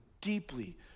deeply